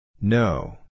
No